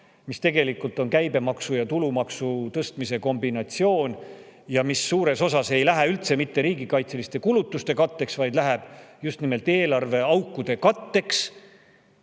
mis tegelikult on käibemaksu ja tulumaksu tõstmise kombinatsioon. Ja see suures osas ei lähe üldse mitte riigikaitseliste kulutuste katteks, vaid läheb just nimelt eelarveaukude katteks,